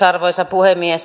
arvoisa puhemies